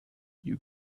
you